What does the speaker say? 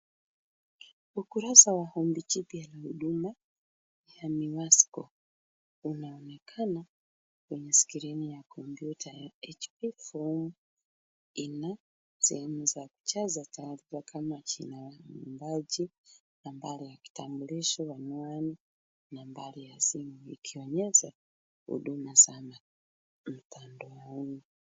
Ukurasa wa ombi jipya la huduma ya MIWASCO, inaonekana kwenye skrini ya komyuta ya hp. Fomu ina sehemu za kuijaza tayari kama jina ya muombaji , nambari ya kitambulisho, anwani, nambari ya simu ikionyesha huduma za mtandaoni.